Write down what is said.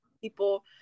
people